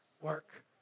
work